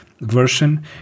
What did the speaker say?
version